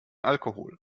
alkohol